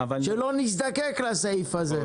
שלא נזדקק לסעיף הזה.